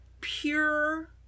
pure